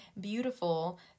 beautiful